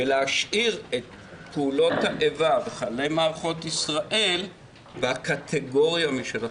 ולהשאיר את פעולות האיבה וחללי מערכות ישראל בקטגוריה משל עצמם.